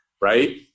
right